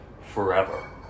forever